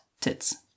tits